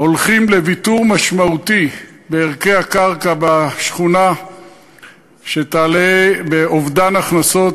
הולכים לוויתור משמעותי בערכי הקרקע בשכונה שיעלה באובדן הכנסות,